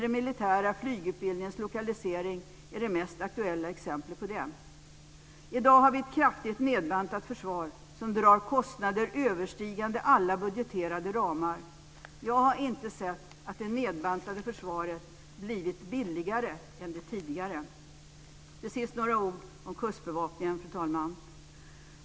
Den militära flygutbildningens lokaliseringen är det mest aktuella exemplet på det. I dag har vi ett kraftigt nedbantat försvar som drar kostnader överstigande alla budgeterade ramar. Jag har inte sett att det nedbantade försvaret blivit billigare än det tidigare. Fru talman! Till sista vill jag säga några ord om Kustbevakningen.